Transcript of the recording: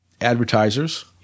advertisers